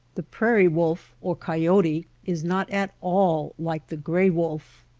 the prairie wolf or coyote is not at all like the gray wolf.